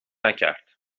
نکرد